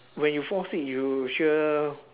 when you fall sick you sure